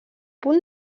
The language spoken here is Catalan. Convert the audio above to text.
punt